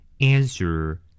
Answer